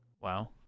Wow